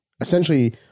essentially